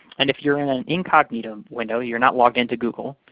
and if you're in an incognito window, you're not logged into google,